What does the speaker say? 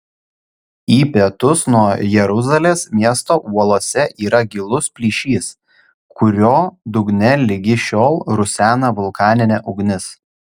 į pietus nuo jeruzalės miesto uolose yra gilus plyšys kurio dugne ligi šiol rusena vulkaninė ugnis